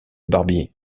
barbier